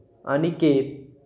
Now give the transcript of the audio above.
Aniket